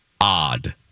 odd